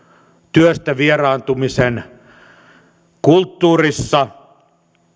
työstä vieraantumisen kulttuurissa